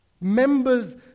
Members